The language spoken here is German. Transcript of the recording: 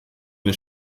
den